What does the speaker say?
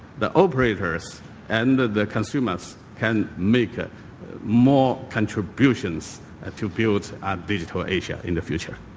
the operators and the the consumers can make ah more contributions ah to build a digital asia in the future.